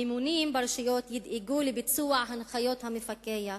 הממונים ברשויות ידאגו לביצוע הנחיות המפקח